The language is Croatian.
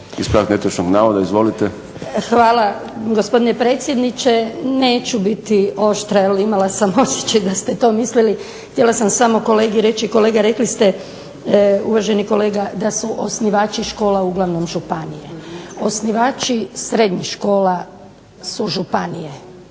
Hvala gospodine predsjedniče. Neću biti oštra jer sam imala osjećaj da ste to mislili. Htjela sam samo kolegi reći, uvaženi kolega rekli ste da su osnivači škola uglavnom županije. Osnivači srednjih škola su županije,